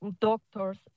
doctors